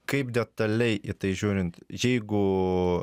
kaip detaliai į tai žiūrint jeigu